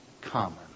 common